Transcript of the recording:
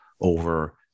over